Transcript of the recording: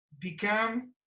become